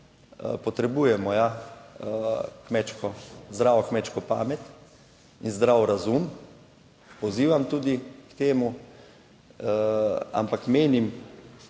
kmečko, zdravo, kmečko pamet in zdrav razum. Pozivam tudi k temu, ampak menim